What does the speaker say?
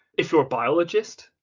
if you're a biologist,